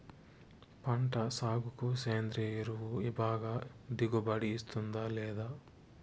పంట సాగుకు సేంద్రియ ఎరువు బాగా దిగుబడి ఇస్తుందా లేదా